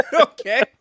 okay